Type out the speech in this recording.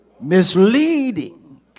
Misleading